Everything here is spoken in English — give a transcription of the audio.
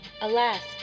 Alas